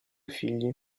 figli